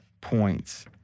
points